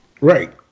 Right